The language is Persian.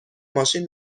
ماشین